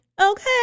Okay